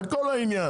זה כל העניין,